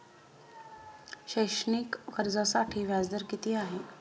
शैक्षणिक कर्जासाठी व्याज दर किती आहे?